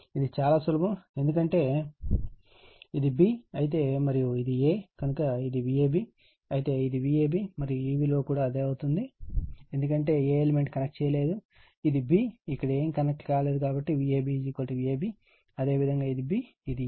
ఇది చాలా సులభం ఎందుకంటే ఇది b అయితే మరియు ఇది a కనుక ఇది Vab అయితే ఇది Vab మరియు ఈ విలువ కూడా ఇదే అవుతుంది ఎందుకంటే ఇక్కడ ఏ ఎలిమెంట్ కనెక్ట్ చేయబడలేదు మరియు ఇది B ఇక్కడ ఏమీ కనెక్ట్ కాలేదు కాబట్టి Vab Vab అదేవిధంగా ఇది B ఇది A